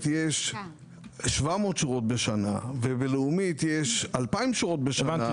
יש 700 שורות בשנה ובלאומית יש 2,000 שורות בשנה,